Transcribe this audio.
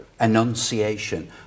enunciation